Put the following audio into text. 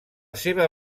seva